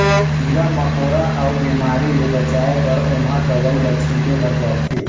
कीरा मकोरा अउ बेमारी ले बचाए बर ओमहा दवई ल छिटे बर परथे